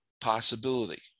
Possibility